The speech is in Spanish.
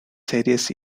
series